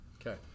Okay